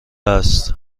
است